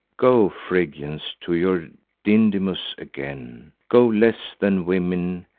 go, phrygians, to your dindymus again! go, less than women,